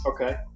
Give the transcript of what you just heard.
Okay